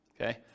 okay